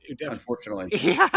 unfortunately